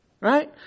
Right